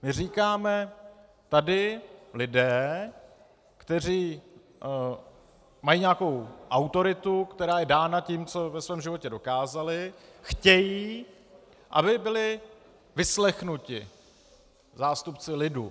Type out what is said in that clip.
My říkáme, tady lidé, kteří mají nějakou autoritu, která je dána tím, co ve svém životě dokázali, chtějí, aby byli vyslechnuti zástupci lidu.